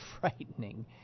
frightening